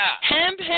hemp